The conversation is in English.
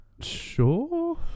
Sure